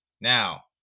Now